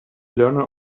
learner